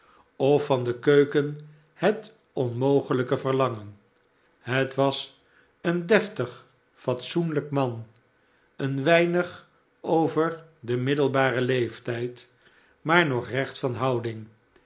of van de keuken het onmogelijke verlangen het was een deftig fatsoenlijk man een weinig over den middelbaren leeftijd maar nog recht van houding